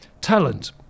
talent